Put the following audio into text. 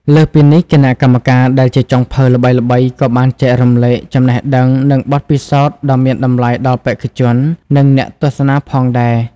លើសពីនេះ គណៈកម្មការដែលជាចុងភៅល្បីៗក៏បានចែករំលែកចំណេះដឹង និងបទពិសោធន៍ដ៏មានតម្លៃដល់បេក្ខជន និងអ្នកទស្សនាផងដែរ។